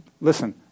Listen